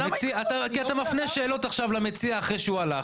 אתה מפנה שאלות למציע אחרי שהוא הלך.